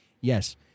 Yes